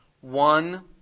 one